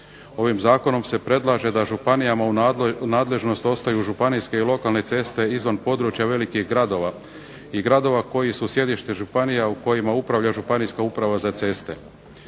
Ovim zakonom se predlaže da u županijama u nadležnost ostaju županijske ceste i lokalne izvan područja velikih gradova i gradova koji su sjedište županija u kojima upravlja Županijska uprava za ceste.